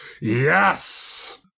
yes